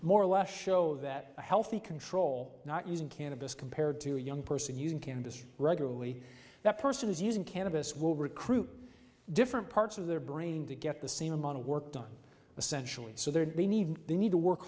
more or less show that a healthy control not using cannabis compared to a young person using cannabis regularly that person is using cannabis will recruit different parts of their brain to get the same amount of work done essentially so that they need they need to work